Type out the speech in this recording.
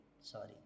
Sorry